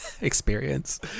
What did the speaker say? experience